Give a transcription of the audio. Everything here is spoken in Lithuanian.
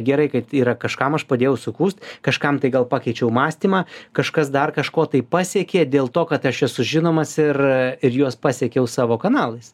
gerai kad yra kažkam aš padėjau sukūst kažkam tai gal pakeičiau mąstymą kažkas dar kažko tai pasiekė dėl to kad aš esu žinomas ir ir juos pasiekiau savo kanalais